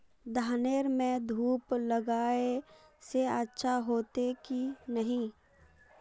धानेर में धूप लगाए से अच्छा होते की नहीं?